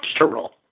natural